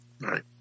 Right